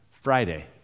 Friday